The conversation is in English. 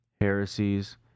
heresies